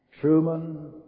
Truman